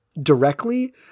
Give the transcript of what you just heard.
directly